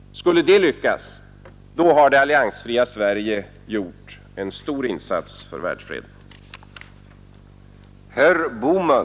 Skulle det lyckas har det alliansfria Sverige gjort en stor insats för världsfreden.